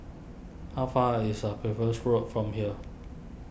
how far is a Percival Road from here